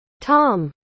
Tom